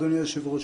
אדוני היושב-ראש,